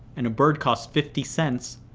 and a bird costs fifty cents,